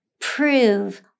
prove